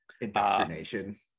indoctrination